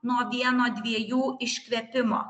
nuo vieno dviejų iškvėpimo